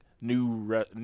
new